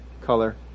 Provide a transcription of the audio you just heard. color